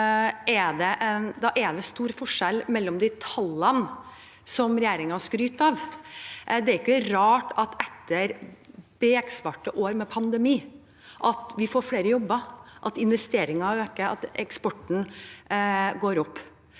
Da er det stor forskjell mellom tallene som regjeringen skryter av. Det er ikke rart at vi etter beksvarte år med pandemi får flere jobber, at investeringene øker, og at eksporten går opp.